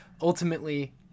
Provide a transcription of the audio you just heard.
Ultimately